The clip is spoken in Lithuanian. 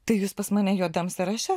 tai jūs pas mane juodam sąraše